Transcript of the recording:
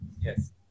Yes